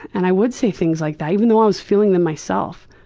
and i would say things like that even though i was feeling that myself.